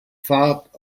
fahrt